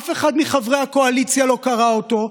אף אחד מחברי הקואליציה לא קרא אותו,